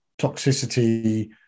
toxicity